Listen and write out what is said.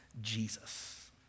Jesus